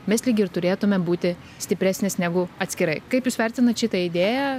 mes lyg ir turėtume būti stipresnės negu atskirai kaip jūs vertinat šitą idėją